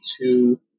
two